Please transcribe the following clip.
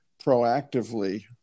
proactively